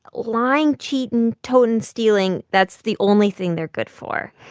lying, cheating, toting, stealing that's the only thing they're good for.